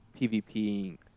PVP